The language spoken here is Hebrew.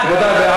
רבותי,